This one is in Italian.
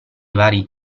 vari